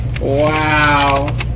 Wow